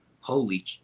holy